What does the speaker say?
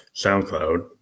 SoundCloud